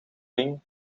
ring